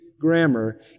grammar